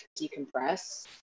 decompress